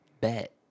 Bet